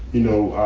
you know,